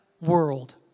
world